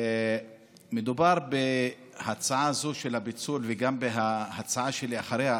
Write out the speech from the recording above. מדובר בהצעה הזאת של הפיצול וגם בהצעה שאחריה,